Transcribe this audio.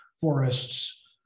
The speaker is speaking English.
forests